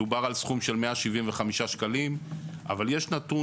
מדובר על סכום של 175 שקלים אבל יש נתון